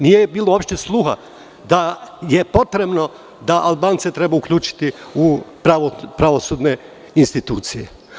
Nije uopšte bilo sluha da je potrebno da Albance treba uključiti u pravosudne institucije.